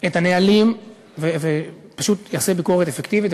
ואת הנהלים ופשוט יעשה ביקורת אפקטיבית.